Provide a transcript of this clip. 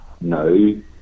no